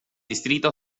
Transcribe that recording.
distrito